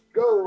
go